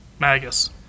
magus